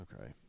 Okay